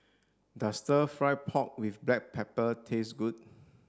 does stir fry pork with black pepper taste good